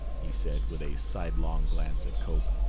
he said, with a sidelong glance at cope,